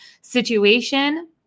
situation